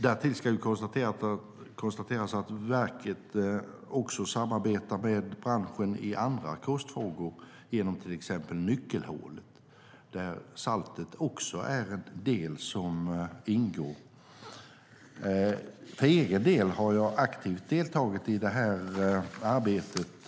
Därtill ska konstateras att verket även samarbetar med branschen i andra kostfrågor genom till exempel nyckelhålet, där saltet ingår som en del. För egen del har jag aktivt deltagit i det här arbetet.